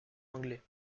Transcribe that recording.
anglais